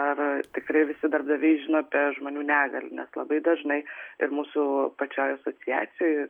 ar tikrai visi darbdaviai žino apie žmonių negalią nes labai dažnai ir mūsų pačioj asociacijoj